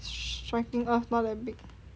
striking earth not that big